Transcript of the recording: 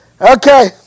Okay